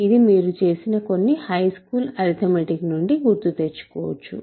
ఇది మీరుచేసిన కొన్ని హైస్కూల్ అరిథమెటిక్ నుండి గుర్తుతెచ్చుకోవచ్చు